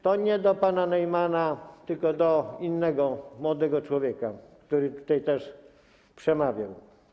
To nie do pana Neumanna, tylko do innego młodego człowieka, który tutaj też przemawiał.